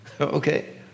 okay